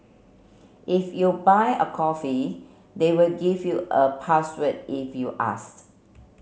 if you buy a coffee they will give you a password if you asked